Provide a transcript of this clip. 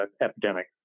epidemic